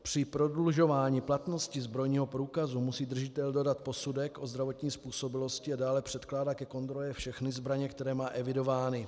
Při prodlužování platnosti zbrojního průkazu musí držitel dodat posudek o zdravotní způsobilosti a dále předkládat ke kontrole všechny zbraně, které má evidovány.